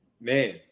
man